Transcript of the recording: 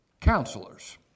counselors